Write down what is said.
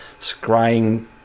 scrying